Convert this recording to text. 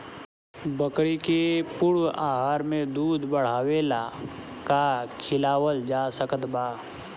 बकरी के पूर्ण आहार में दूध बढ़ावेला का खिआवल जा सकत बा?